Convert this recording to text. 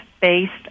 based